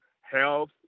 health